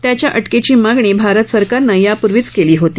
त्याच्या अटकेची मागणी भारत सरकारनं यापूर्वीच केली होती